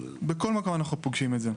בכל מקום אנחנו פוגשים את זה.